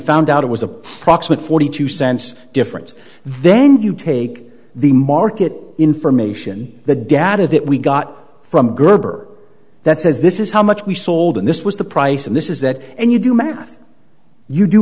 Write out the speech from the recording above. found doubt it was approximate forty two cents difference then you take the market information the data that we got from gerber that says this is how much we sold and this was the price and this is that and you do math you do